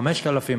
5,000,